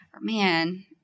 man